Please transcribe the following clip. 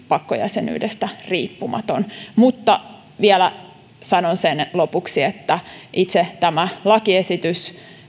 pakkojäsenyydestä riippumatonta mutta vielä sanon sen lopuksi että itse tämä lakiesitys